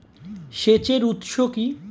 সেচের উৎস কি?